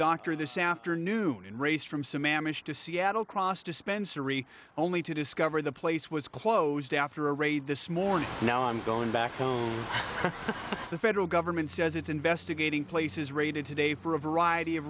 doctor this afternoon and raced from some managed to seattle cross dispensary only to discover the place was closed after a raid this morning now i'm going back to the federal government says it's investigating places raided today for a variety of